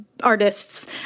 artists